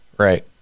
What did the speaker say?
Right